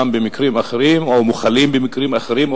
במקרים אחרים או מוחלים במקרים אחרים,